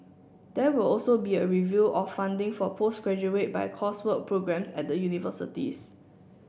there will also be a review of funding for postgraduate by coursework programmes at the universities